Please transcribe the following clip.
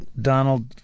Donald